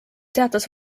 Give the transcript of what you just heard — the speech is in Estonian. teatas